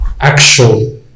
actual